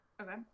Okay